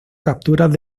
capturas